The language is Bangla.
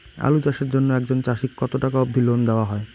আলু চাষের জন্য একজন চাষীক কতো টাকা অব্দি লোন দেওয়া হয়?